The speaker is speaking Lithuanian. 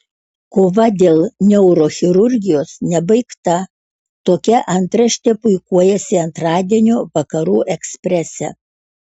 kova dėl neurochirurgijos nebaigta tokia antraštė puikuojasi antradienio vakarų eksprese